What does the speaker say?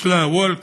יש wall כזה,